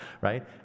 right